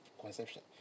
conception